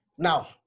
Now